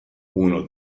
uno